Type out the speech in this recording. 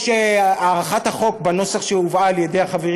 הארכת החוק בנוסח שהובא על-ידי החברים